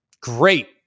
great